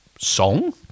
song